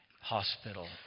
hospital